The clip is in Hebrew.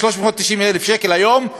390,000 שקל היום,